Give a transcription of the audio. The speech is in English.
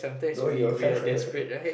no your